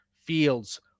Fields